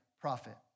prophet